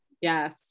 Yes